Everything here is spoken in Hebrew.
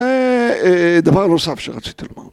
אה, דבר נוסף שרציתי לומר.